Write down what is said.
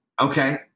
Okay